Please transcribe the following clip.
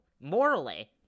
morally